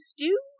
Stew